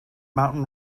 mountain